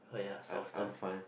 uh I'm fine